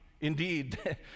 Indeed